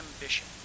ambition